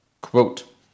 Quote